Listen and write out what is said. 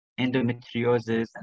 endometriosis